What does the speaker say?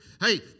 hey